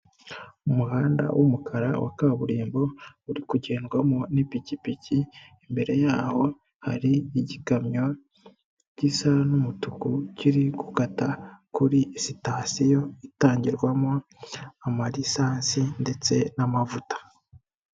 Umuhanda w'umukara wa kaburimbo uri kugendwamo n'ipikipiki, imbere yaho hari igikamyo gisa n'umutuku kiri gukata kuri sitasiyo itangirwamo amalisansi ndetse n'amavuta.